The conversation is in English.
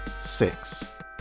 Six